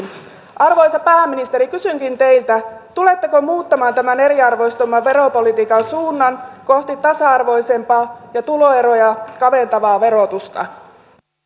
arvoisa pääministeri kysynkin teiltä tuletteko muuttamaan tämän eriarvoistavan veropolitiikan suunnan kohti tasa arvoisempaa ja tuloeroja kaventavaa verotusta